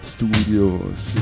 Studios